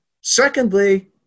Secondly